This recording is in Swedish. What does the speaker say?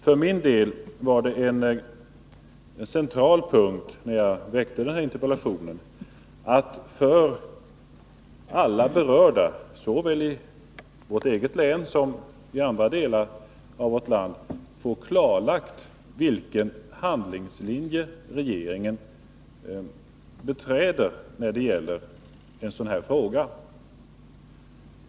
För min del var en central punkt när jag ställde interpellationen att för alla berörda såväl i vårt eget län som i andra delar av vårt land få klarlagt vilken handlingslinje regeringen företräder i en sådan här fråga.